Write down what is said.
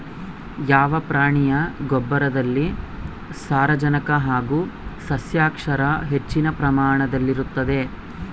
ಯಾವ ಪ್ರಾಣಿಯ ಗೊಬ್ಬರದಲ್ಲಿ ಸಾರಜನಕ ಹಾಗೂ ಸಸ್ಯಕ್ಷಾರ ಹೆಚ್ಚಿನ ಪ್ರಮಾಣದಲ್ಲಿರುತ್ತದೆ?